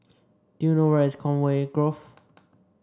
do you know where is Conway Grove